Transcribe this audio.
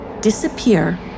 disappear